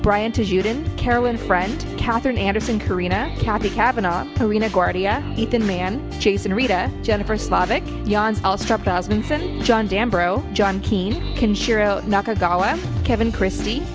brian tejuden, carolyn friend, catherine anderson, corrina, kathy cavenaugh, lorina guardia, ethan man, jason rita, jennifer slavic, yans astrop alinson, john danverough. john keane, kenshiro nakagawa. kevin christie,